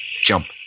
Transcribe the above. Jump